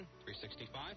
365